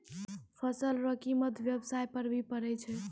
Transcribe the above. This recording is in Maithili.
फसल रो कीमत व्याबसाय पर भी पड़ै छै